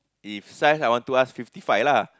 the size I want to ask fifty five lah